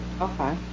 Okay